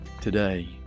today